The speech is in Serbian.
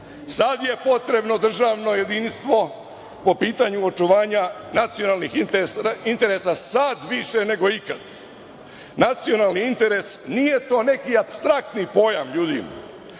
Sad je potrebno državno jedinstvo po pitanju očuvanja nacionalnih interesa sad više nego ikad. Nacionalni interes, nije to neki apstraktni pojam, ljudi.